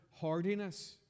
hardiness